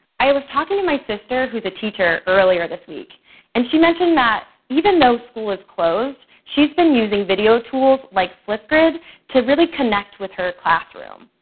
i was talking to my sister who's a teacher earlier this week and she mentioned that even though school is closed, she's been using video tools like flipgrid to really connect with her classroom.